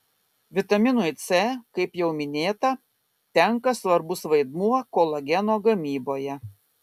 vitaminui c kaip jau minėta tenka svarbus vaidmuo kolageno gamyboje